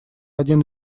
один